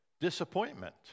disappointment